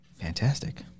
fantastic